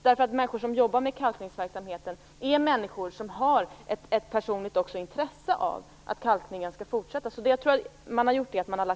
De som arbetar med kalkningsverksamheten har ju ett personligt intresse av att kalkningen skall fortsätta.